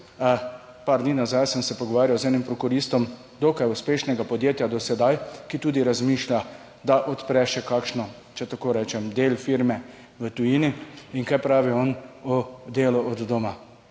par dni nazaj sem se pogovarjal z enim prokuristom dokaj uspešnega podjetja do sedaj, ki tudi razmišlja, da odpre še kakšno, če tako rečem, del firme v tujini, in kaj pravi on, delu od doma.